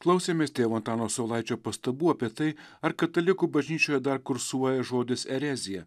klausėmės tėvo antano saulaičio pastabų apie tai ar katalikų bažnyčioje dar kursuoja žodis erezija